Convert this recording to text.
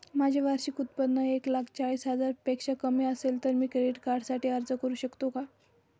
माझे वार्षिक उत्त्पन्न एक लाख चाळीस हजार पेक्षा कमी असेल तर मी क्रेडिट कार्डसाठी अर्ज करु शकतो का?